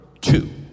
two